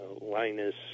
Linus